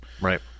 Right